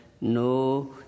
no